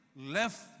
left